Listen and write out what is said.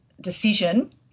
decision